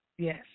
Yes